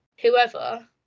whoever